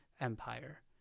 empire